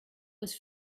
was